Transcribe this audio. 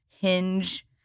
hinge